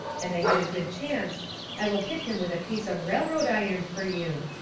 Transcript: and i get a good chancet i will hit him with a piece of railroad iron fur you.